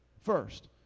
First